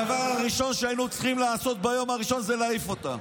הדבר הראשון שהיינו צריכים לעשות ביום הראשון זה להעיף אותה.